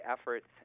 efforts